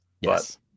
Yes